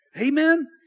Amen